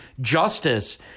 justice